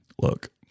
Look